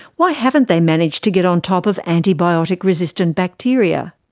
why haven't they managed to get on top of antibiotic resistant bacteria?